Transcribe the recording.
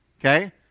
okay